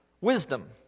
wisdom